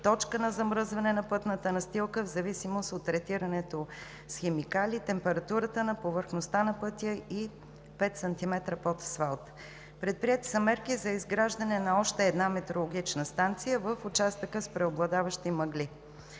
точката на замръзване на пътната настилка в зависимост от третирането с химикали, температурата на повърхността на пътя, и 5 см под асфалта. Предприети са мерки за изграждане на още една метеорологична станция в участъка с преобладаващи мъгли.